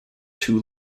too